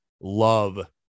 love